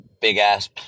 Big-ass